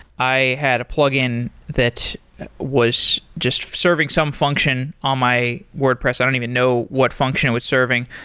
i had a plug-in that was just serving some function on my wordpress. i don't even know what function it was serving,